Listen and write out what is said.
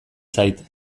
zait